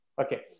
Okay